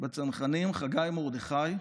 בצנחנים חגי מרדכי,